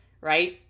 Right